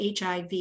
HIV